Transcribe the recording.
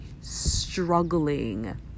struggling